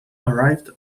arrived